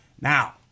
Now